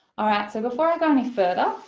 alright so before i go any further,